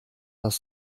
das